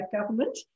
government